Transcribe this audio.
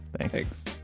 Thanks